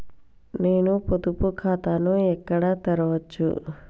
నేను పొదుపు ఖాతాను ఎక్కడ తెరవచ్చు?